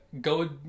go